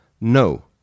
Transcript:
no